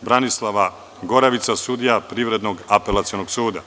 Branislava Goravica, sudija Privrednog apelacionog suda.